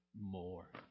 more